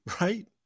Right